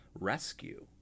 rescue